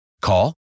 Call